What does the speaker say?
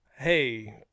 Hey